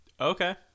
Okay